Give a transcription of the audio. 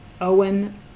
Owen